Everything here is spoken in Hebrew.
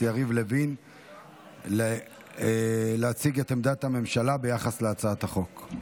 יריב לוין להציג את עמדת הממשלה ביחס להצעת החוק.